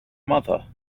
mother